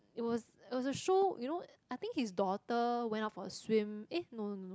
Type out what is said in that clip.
it was was a show you know I think his daughter went out for a swim eh no no